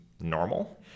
normal